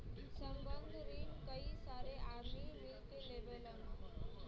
संबंद्ध रिन कई सारे आदमी मिल के लेवलन